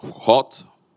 hot